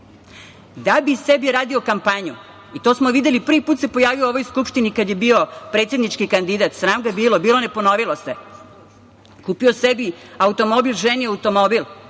da bi sebi radio kampanju. To smo videli, prvi put se pojavio u ovoj Skupštini kad je bio predsednički kandidat. Sram ga bilo! Bilo ne ponovilo se. Kupio je sebi automobil, ženi automobil,